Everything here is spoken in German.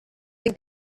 den